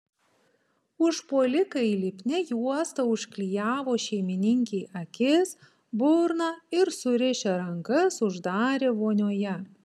užpuolikai lipnia juosta užklijavo šeimininkei akis burną ir surišę rankas uždarė vonioje